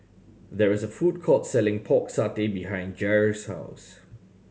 there is a food court selling Pork Satay behind Jair's house